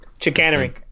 Chicanery